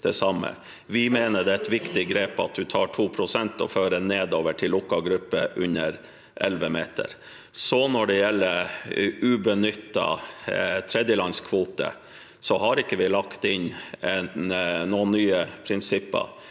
Vi mener det er et viktig grep at man tar 2 pst. og fører nedover til lukket gruppe under 11 meter. Når det gjelder ubenyttede tredjelandskvoter, har vi ikke lagt inn noen nye prinsipper.